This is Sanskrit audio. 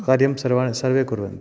कार्यं सर्वाणि सर्वे कुर्वन्ति